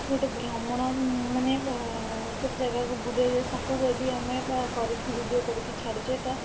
କି ଗୋଟେ ଭ୍ରମଣ ମାନେ ଗୋଟେ ଜାଗାକୁ ବୁଲିବାକୁ ଯାଉଛୁ ତାକୁ ଯଦି ଆମେ ବା କରିକି ଭିଡ଼ିଓ କରିକି ଛାଡ଼ୁଛେ ତ